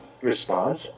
response